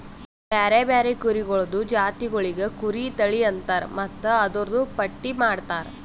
ಬ್ಯಾರೆ ಬ್ಯಾರೆ ಕುರಿಗೊಳ್ದು ಜಾತಿಗೊಳಿಗ್ ಕುರಿ ತಳಿ ಅಂತರ್ ಮತ್ತ್ ಅದೂರ್ದು ಪಟ್ಟಿ ಮಾಡ್ತಾರ